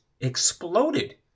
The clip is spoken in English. exploded